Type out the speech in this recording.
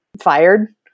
fired